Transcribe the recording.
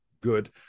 good